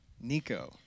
Nico